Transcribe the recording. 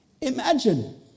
Imagine